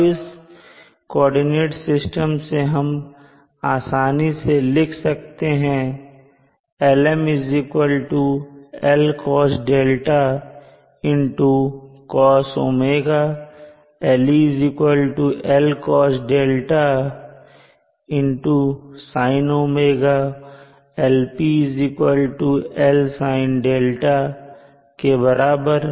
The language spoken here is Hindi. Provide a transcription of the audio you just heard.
अब इस कोऑर्डिनेट सिस्टम से हम आसानी से लिख सकते हैं Lm L cosδcosω Le Lcosδsinω और Lp Lsinδ के बराबर